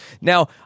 now